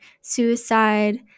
suicide